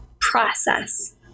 process